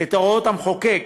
את הוראות המחוקק